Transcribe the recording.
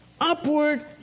upward